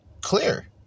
Clear